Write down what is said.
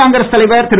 காங்கிரஸ் தலைவர் திரு